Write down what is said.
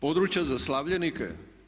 Područja za slavljenike?